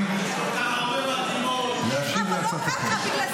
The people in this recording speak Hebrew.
מכל הקשת